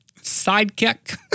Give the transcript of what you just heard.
sidekick